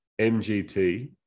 MGT